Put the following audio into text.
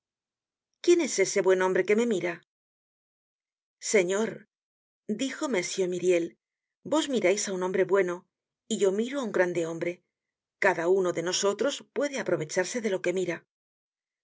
quién es ese buen hombre que me mira señor dijo m myriel vos mirais á un hombre bueno y yo miro á un grande hombre cada uno de nosotros puede aprovecharse de lo que mira